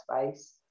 space